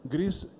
Greece